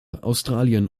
australien